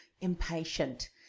impatient